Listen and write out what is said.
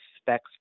specs